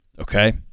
Okay